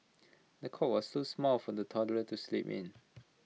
the cot was so small for the toddler to sleep in